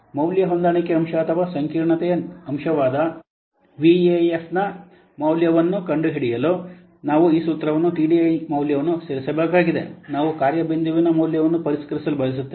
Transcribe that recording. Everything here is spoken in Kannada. ಮೌಲ್ಯ ಹೊಂದಾಣಿಕೆ ಅಂಶ ಅಥವಾ ಸಂಕೀರ್ಣತೆಯ ಅಂಶವಾದ ವಿಎಎಫ್ನ ಮೌಲ್ಯವನ್ನು ಕಂಡುಹಿಡಿಯಲು ನಾವು ಈ ಸೂತ್ರದಲ್ಲಿ TDI ಮೌಲ್ಯವನ್ನು ಸೇರಿಸಬೇಕಾಗಿದೆ ನಾವು ಕಾರ್ಯ ಬಿಂದುವಿನ ಮೌಲ್ಯವನ್ನು ಪರಿಷ್ಕರಿಸಲು ಬಯಸುತ್ತೇವೆ